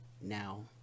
now